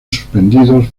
suspendidos